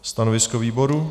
Stanovisko výboru?